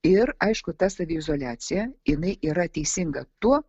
ir aišku ta saviizoliacija jinai yra teisinga tuo